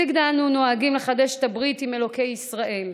בסיגד אנו נוהגים לחדש את הברית עם אלוקי ישראל,